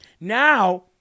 now